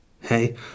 Hey